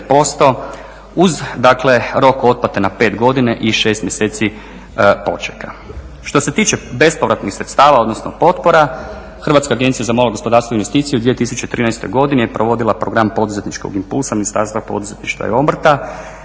uz dakle rok otplate na 5 godina i 6 mjeseci počeka. Što se tiče bespovratnih sredstava, odnosno potpora, Hrvatska agencija za malo gospodarstvo i investicije u 2013. godini je provodila program poduzetničkog impulsa Ministarstva poduzetništva i obrta.